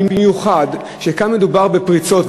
במיוחד שכאן מדובר בפריצות.